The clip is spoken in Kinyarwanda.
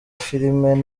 filime